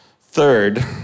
Third